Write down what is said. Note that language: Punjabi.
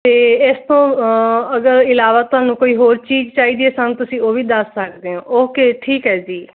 ਅਤੇ ਇਸ ਤੋਂ ਅਗਰ ਇਲਾਵਾ ਤੁਹਾਨੂੰ ਕੋਈ ਹੋਰ ਚੀਜ਼ ਚਾਹੀਦੀ ਸਾਨੂੰ ਤੁਸੀਂ ਉਹ ਵੀ ਦੱਸ ਸਕਦੇ ਹੋ ਓਕੇ ਠੀਕ ਹੈ ਜੀ